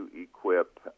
equip